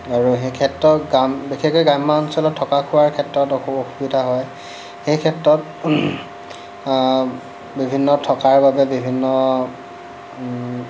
আৰু সেই ক্ষেত্ৰত গাম বিশেষকৈ গ্ৰাম্যাঞ্চলত থকা খোৱাৰ ক্ষেত্ৰত অসু অসুবিধা হয় সেই ক্ষেত্ৰত বিভিন্ন থকাৰ বাবে বিভিন্ন